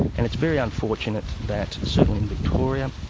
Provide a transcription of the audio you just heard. and it's very unfortunate that certainly in victoria,